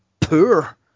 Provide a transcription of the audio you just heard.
poor